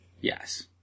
Yes